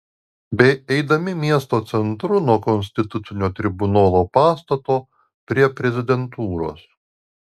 bei eidami miesto centru nuo konstitucinio tribunolo pastato prie prezidentūros